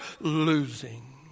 losing